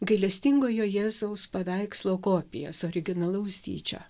gailestingojo jėzaus paveikslo kopijas originalaus dydžio